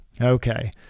Okay